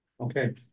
Okay